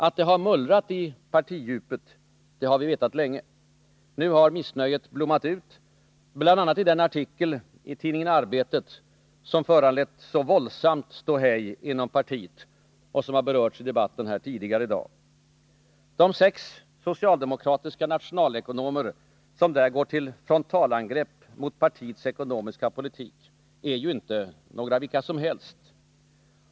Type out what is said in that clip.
Att det har mullrat i partidjupet — det har vi vetat länge. Nu har missnöjet blommat ut i den artikel i tidningen Arbetet som föranlett så våldsamt ståhej inom partiet och som har berörts tidigare i debatten i dag. De sex socialdemokratiska nationalekonomer som där går till frontalangrepp mot partiets ekonomiska politik är ju inte några vilka som helst.